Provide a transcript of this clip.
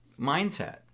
mindset